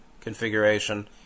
configuration